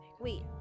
Wait